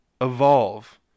evolve